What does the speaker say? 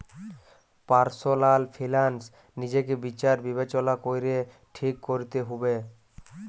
personal finance লিজকে বিচার বিবচলা ক্যরে ঠিক ক্যরতে হুব্যে